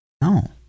No